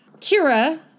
Kira